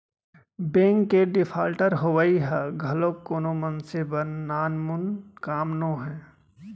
bank के defaulter होवई ह घलोक कोनो मनसे बर नानमुन काम नोहय